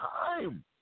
time